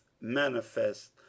manifest